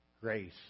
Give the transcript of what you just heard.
grace